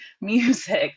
music